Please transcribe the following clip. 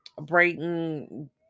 Brayton